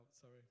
Sorry